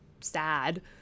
sad